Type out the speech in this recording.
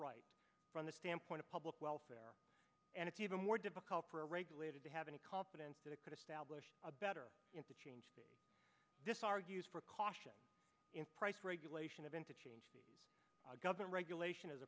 right from the standpoint of public welfare and it's even more difficult for a regulated to have any confidence that it could establish a better to change this argues for caution in price regulation of into change the government regulation is